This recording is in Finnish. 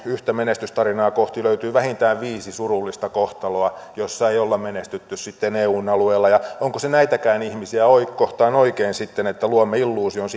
yhtä menestystarinaa kohti löytyy vähintään viisi surullista kohtaloa jossa ei ole menestytty sitten eun alueella onko se näitäkään ihmisiä kohtaan oikein sitten että luomme illuusion